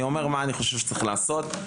אני אומר מה שאני חושב שאני צריך לעשות את זה.